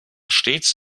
stets